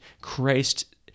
Christ